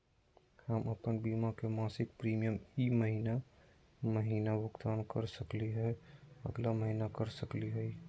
हम अप्पन बीमा के मासिक प्रीमियम ई महीना महिना भुगतान कर सकली हे, अगला महीना कर सकली हई?